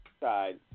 side